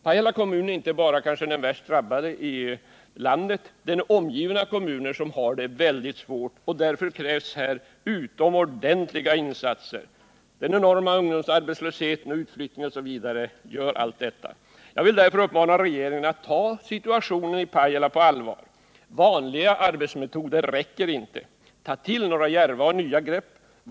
Pajala kommun är inte bara den kanske värst drabbade i landet, den är också omgiven av kommuner som har det väldigt svårt. Därför krävs utomordentliga insatser. Den enorma ungdomsarbetslösheten, utflyttningen osv. bidrar till det. Jag vill därför uppmana regeringen att ta situationen i Pajala på allvar. Vanliga arbetsmetoder räcker inte. Ta till några djärva nya grepp!